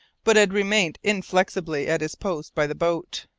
but had remained inflexibly at his post by the boat.